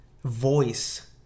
voice